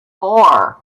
four